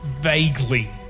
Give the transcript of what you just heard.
vaguely